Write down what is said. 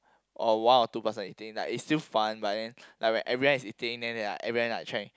or one or two person eating like its still fun but then like when everyone is eating then like everybody like trying